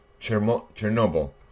Chernobyl